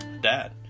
dad